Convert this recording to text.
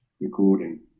recording